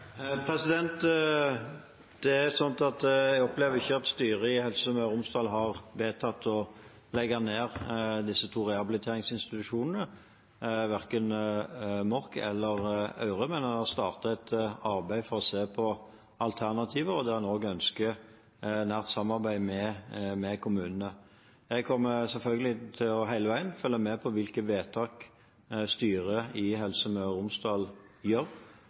i Helse Møre og Romsdal har vedtatt å legge ned disse to rehabiliteringsinstitusjonene, verken Mork eller Aure, men har startet et arbeid for å se på alternativer, og man ønsker også et nært samarbeid med kommunene. Jeg kommer selvfølgelig hele veien til å følge med på hvilke vedtak styret i Helse Møre og Romsdal gjør,